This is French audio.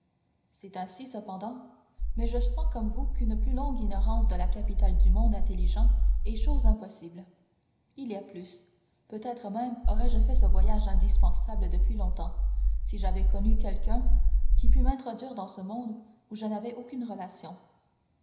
c'est ainsi cependant mais je sens comme vous qu'une plus longue ignorance de la capitale du monde intelligent est chose impossible il y a plus peut-être même aurais-je fait ce voyage indispensable depuis longtemps si j'avais connu quelqu'un qui pût m'introduire dans ce monde où je n'avais aucune relation